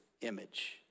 image